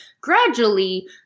gradually